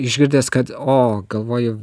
išgirdęs kad o galvoju